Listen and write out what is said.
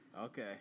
Okay